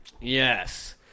Yes